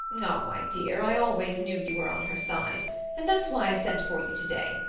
ah, my dear, i always knew you were on her side and that's why i sent for you today,